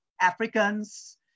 Africans